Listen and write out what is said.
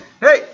hey